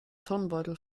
turnbeutel